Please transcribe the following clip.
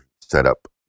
setup